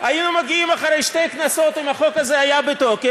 אם החוק הזה היה בתוקף,